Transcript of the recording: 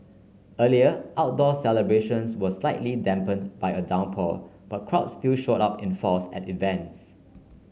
earlier outdoor celebrations were slightly dampened by a downpour but crowds still showed up in force at events